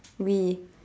wii